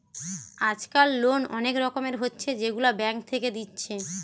আজকাল লোন অনেক রকমের হচ্ছে যেগুলা ব্যাঙ্ক থেকে দিচ্ছে